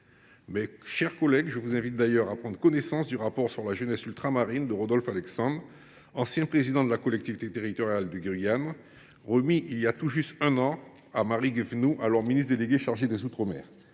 mes chers collègues, à prendre connaissance du rapport sur la jeunesse ultramarine de Rodolphe Alexandre, ancien président de la collectivité territoriale de Guyane, remis voilà tout juste un an à Marie Guévenoux, alors ministre déléguée chargée des outre mer.